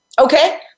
okay